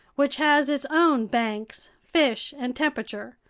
which has its own banks, fish, and temperature.